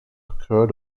occurred